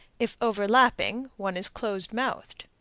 if overlapping, one is close-mouthed.